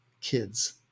kids